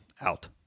out